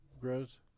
grows